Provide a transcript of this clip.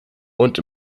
und